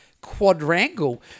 quadrangle